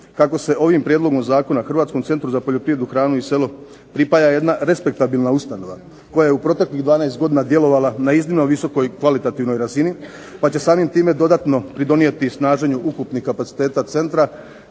kako se ovim prijedlogom zakona Hrvatskom centru za poljoprivredu, hranu i selo pripaja jedna respektabilna ustanova, koja je u proteklih 12 godina djelovala na iznimno visokoj i kvalitativnoj razini, pa će samim time dodatno pridonijeti snaženju ukupnih kapaciteta centra,